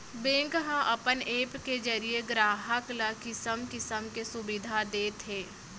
bank ह अपन app के जरिये गराहक ल किसम किसम के सुबिधा देत हे